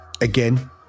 again